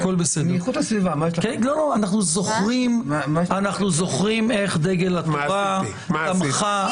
אנחנו זוכרים...אנחנו זוכרים איך דגל התורה היא